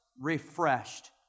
refreshed